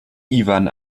iwan